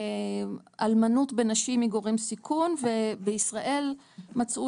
אלמנות בנשים היא גורם סיכון ובישראל מצאו